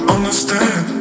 Understand